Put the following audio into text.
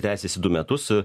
tęsiasi du metus